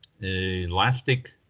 Elastic